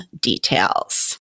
details